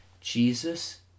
Jesus